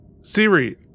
Siri